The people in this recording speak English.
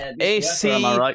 AC